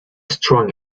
strong